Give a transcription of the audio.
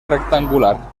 rectangular